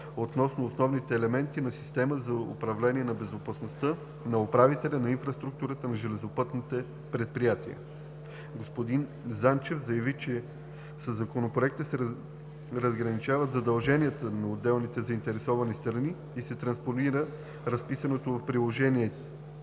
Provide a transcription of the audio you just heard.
относно основните елементи на системите за управление на безопасността на управителя на инфраструктурата на железопътните предприятия. Господин Занчев заяви, че със Законопроекта се разграничават задълженията на отделните заинтересовани страни и се транспонира разписаното в Приложение